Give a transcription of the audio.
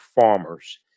farmers